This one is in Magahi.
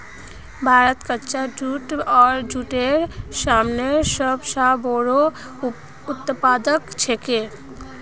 भारत कच्चा जूट आर जूटेर सामानेर सब स बोरो उत्पादक छिके